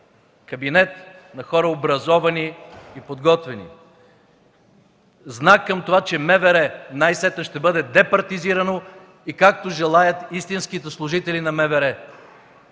кабинет на хора образовани и подготвени. Знак към това, че МВР най-сетне ще бъде департизирано и както желаят истинските служители на МВР –